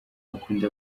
akunda